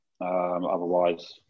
Otherwise